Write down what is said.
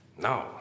No